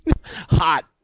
Hot